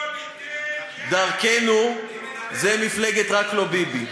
לא ניתן יד, "דרכנו" זה מפלגת "רק לא ביבי".